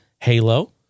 Halo